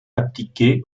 appliqué